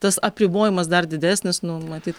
tas apribojimas dar didesnis nu matyt